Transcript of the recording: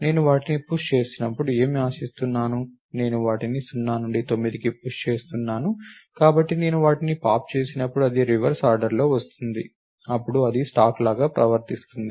నేను వాటిని పుష్ చేసినప్పుడు ఏమి ఆశిస్తున్నాము నేను వాటిని 0 నుండి 9కి పుష్ చేస్తున్నాను కాబట్టి నేను వాటిని పాప్ చేసినప్పుడు అది రివర్స్ ఆర్డర్లో వస్తుంది అప్పుడు అది స్టాక్ లాగా ప్రవర్తిస్తుంది